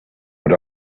but